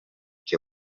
que